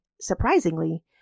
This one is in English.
surprisingly